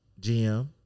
GM